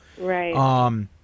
Right